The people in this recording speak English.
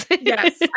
Yes